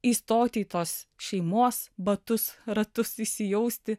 įstoti į tos šeimos batus ratus įsijausti